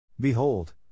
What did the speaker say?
Behold